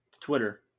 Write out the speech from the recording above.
Twitter